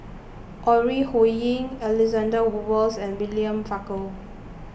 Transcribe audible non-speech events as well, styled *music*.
Ore Huiying Alexander *unintelligible* Wolters and William Farquhar